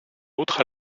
autre